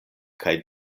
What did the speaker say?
kaj